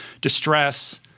distress